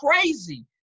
crazy